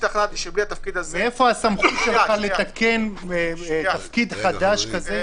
מאיפה סמכותך לתקן תפקיד חדש כזה?